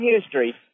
history